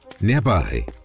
Nearby